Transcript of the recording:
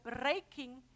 breaking